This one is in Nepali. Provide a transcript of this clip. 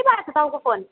के भएको छ तपाईँको फोन